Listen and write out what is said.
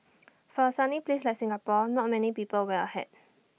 for A sunny place like Singapore not many people wear A hat